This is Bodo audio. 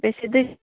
बेसे बेसे